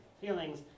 feelings